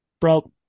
bro